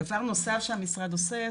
דבר נוסף שהמשרד עושה,